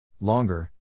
longer